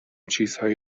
چیزهایی